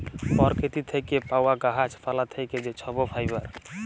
পরকিতি থ্যাকে পাউয়া গাহাচ পালা থ্যাকে যে ছব ফাইবার